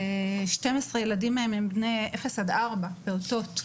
12 ילדים מהם הם בני 0-4, פעוטות.